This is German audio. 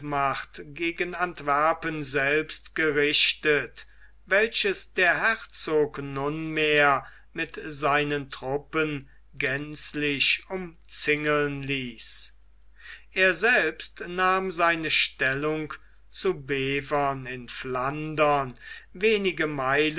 gegen antwerpen selbst gerichtet welches der herzog nunmehr mit seinen truppen gänzlich umzingeln ließ er selbst nahm seine stellung zu bevern in flandern wenige meilen